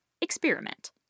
experiment